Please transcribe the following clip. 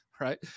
right